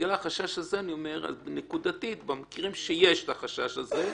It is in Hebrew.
בגלל החשש הזה, נקודתית במקרים שיש חשש כזה,